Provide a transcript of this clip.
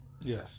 yes